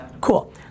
Cool